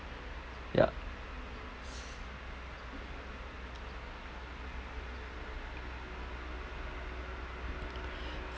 yup